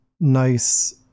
nice